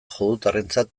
judutarrentzat